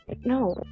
no